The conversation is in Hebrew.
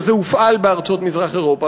זה הופעל בארצות מזרח-אירופה,